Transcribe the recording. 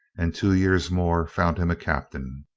and two years more found him a captain.